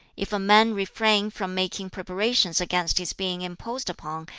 if a man refrain from making preparations against his being imposed upon,